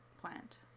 plant